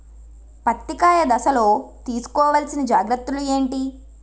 పత్తి కాయ దశ లొ తీసుకోవల్సిన జాగ్రత్తలు ఏంటి?